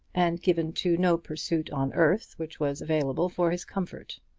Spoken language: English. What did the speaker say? and given to no pursuit on earth which was available for his comfort.